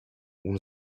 uno